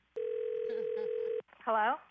hello